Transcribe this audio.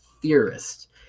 Theorist